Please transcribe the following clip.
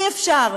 אי-אפשר,